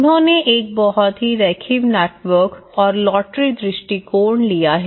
उन्होंने एक बहुत ही रैखिक नेटवर्क और लॉटरी दृष्टिकोण लिया है